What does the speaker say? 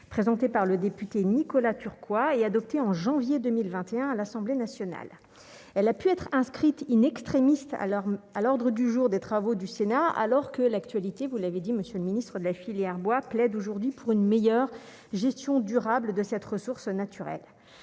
présenté par le député Nicolas Turquois et adopté en janvier 2021, à l'Assemblée nationale, elle a pu être inscrite in-extremis alors à l'ordre du jour des travaux du Sénat alors que l'actualité, vous l'avez dit, monsieur le Ministre de la filière bois, plaide aujourd'hui pour une meilleure gestion durable de cette ressource naturelle,